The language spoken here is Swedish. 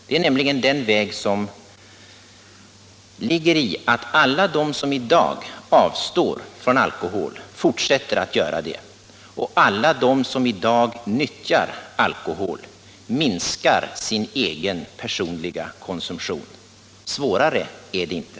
Det är den vägen att alla de som i dag avstår från alkohol fortsätter att göra det och att alla de som i dag nyttjar alkohol minskar sin egen konsumtion. Svårare är det inte.